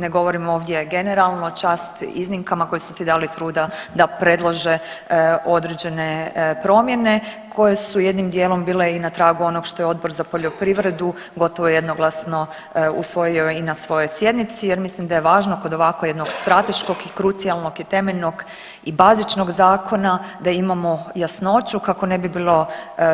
Ne govorim ovdje generalno, čast iznimkama koji su si dali truda da predlože određene promjene koje su jednim dijelom bile i na tragu onog što je Odbor za poljoprivredu gotovo jednoglasno usvojio i na svojoj sjednici jer mislim da je važno kod ovako jednog strateškog i krucijalnog i temeljnog i bazičnog zakona da imamo jasnoću kako ne bi bilo